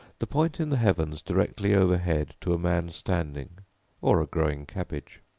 the point in the heavens directly overhead to a man standing or a growing cabbage.